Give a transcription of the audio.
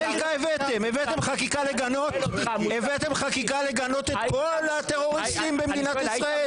הבאתם חקיקה לגנות את כל הטרוריסטים במדינת ישראל?